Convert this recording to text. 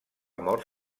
mort